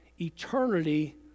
eternity